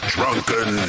Drunken